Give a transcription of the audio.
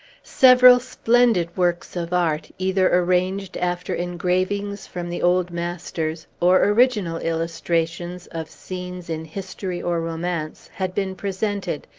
several splendid works of art either arranged after engravings from the old masters, or original illustrations of scenes in history or romance had been presented,